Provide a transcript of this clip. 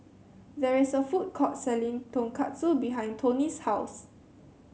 there is a food court selling Tonkatsu behind Tony's house